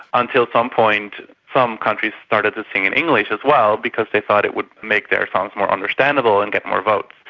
until some point some countries started to sing in english as well because they thought it would make their songs more understandable and get more votes.